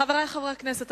חברי חברי הכנסת,